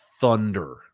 thunder